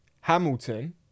Hamilton